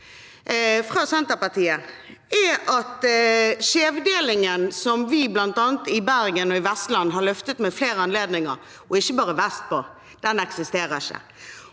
fra Senterpartiet sier, er at skjevdelingen – som vi bl.a. i Bergen og i Vestland har løftet ved flere anledninger, og ikke bare vestpå – ikke eksisterer.